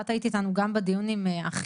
את היית איתנו גם בדיון עם אחיה.